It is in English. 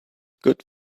good